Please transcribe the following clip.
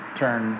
turn